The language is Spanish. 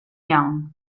young